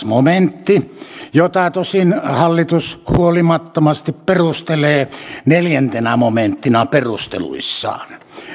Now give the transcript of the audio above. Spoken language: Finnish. momentti jota tosin hallitus huolimattomasti perustelee neljäntenä momenttina perusteluissaan